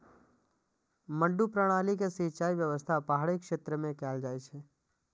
मड्डू प्रणाली के सिंचाइ व्यवस्था पहाड़ी क्षेत्र मे कैल जाइ छै